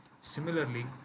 Similarly